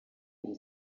iri